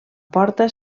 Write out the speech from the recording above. porta